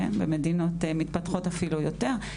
במדינות מתפתחות אפילו יותר.